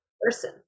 person